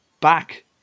back